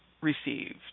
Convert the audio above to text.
received